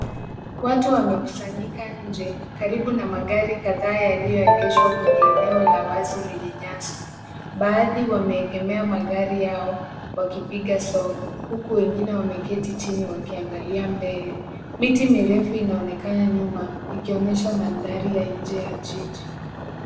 Watu wamekusanyika nje karibu na magari kadhaa yaliyoegeshwa kwenye eneo la wazi lenye nyasi. Baadhi wameegemea magari yao wakipiga soga huku wengine wameketi chini wakiangalia mbele. Miti mirefu inaonekana nyuma ikionyesha mandhari ya nje ya jiji.